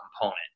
component